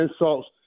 insults